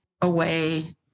away